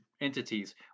entities